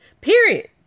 Period